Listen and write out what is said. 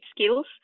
skills